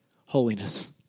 Holiness